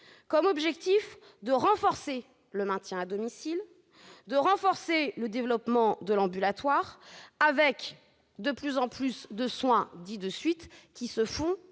pour objectif de renforcer le maintien à domicile et le développement de l'ambulatoire, avec de plus en plus de soins dits de suite qui se font